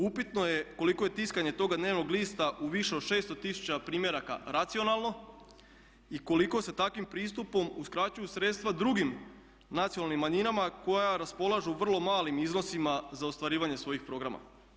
Upitno je koliko je tiskanje toga dnevnog lista u više od 600 tisuća primjeraka racionalno i koliko se takvim pristupom uskraćuju sredstva drugim nacionalnim manjinama koja raspolažu vrlo malim iznosima za ostvarivanje svojih programa.